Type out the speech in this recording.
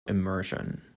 immersion